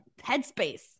headspace